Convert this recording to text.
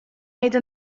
made